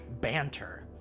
banter